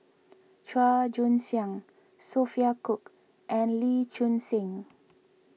Chua Joon Siang Sophia Cooke and Lee Choon Seng